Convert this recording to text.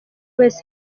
wese